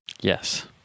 Yes